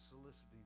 soliciting